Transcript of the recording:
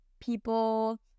people